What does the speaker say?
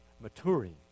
maturing